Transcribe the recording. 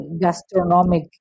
gastronomic